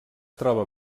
troba